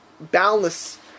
boundless